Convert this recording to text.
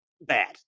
bad